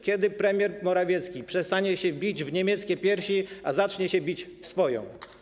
Kiedy premier Morawiecki przestanie się bić w niemieckie piersi, a zacznie się bić w swoją?